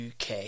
uk